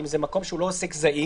אם זה מקום שהוא לא עוסק זעיר,